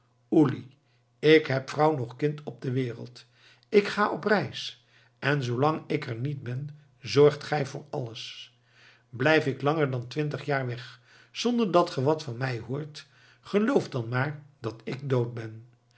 uli ik heb vrouw noch kind op de wereld ik ga op reis en zoolang ik er niet ben zorgt gij voor alles blijf ik langer dan twintig jaar weg zonder dat ge wat van mij hoort geloof dan maar dat ik dood ben